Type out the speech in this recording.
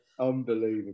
Unbelievable